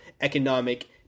economic